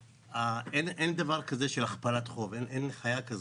אין דבר כזה הכפלת חוב, אין חיה כזאת.